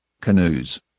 Canoes